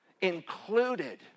included